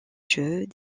jeux